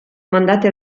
mandati